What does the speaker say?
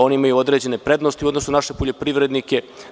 Oni imaju određene prednosti u odnosu na naše poljoprivrednike.